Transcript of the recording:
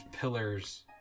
pillars